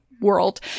world